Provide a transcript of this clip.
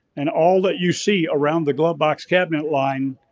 and all that you see around the glove box cabinet line,